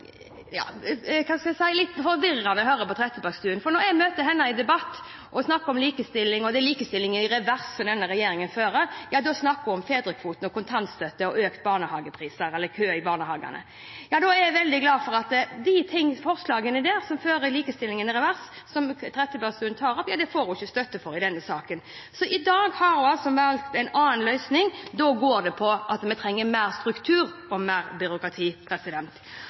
henne i debatt og hun snakker om likestilling og at det er likestilling i revers denne regjeringen fører, ja, da snakker hun om fedrekvote, kontantstøtte, økte barnehagepriser eller kø i barnehagene. Da er jeg glad for at de forslagene som fører likestillingen i revers, som Trettebergstuen tar opp, dem får hun ikke støtte til i denne saken. I dag har hun valgt en annen løsning – nå går det på at vi trenger mer struktur og mer byråkrati.